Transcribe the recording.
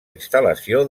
instal·lació